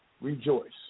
rejoice